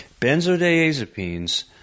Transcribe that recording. Benzodiazepines